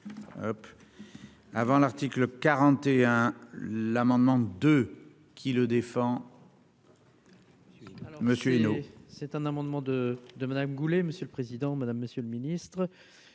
avant l'article 41 l'amendement de qui le défend. Alors Monsieur Hunault c'est un amendement de de Madame Goulet, monsieur le Président Madame Monsieur le ministre,